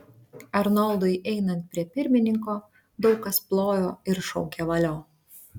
arnoldui einant prie pirmininko daug kas plojo ir šaukė valio